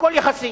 הכול יחסי.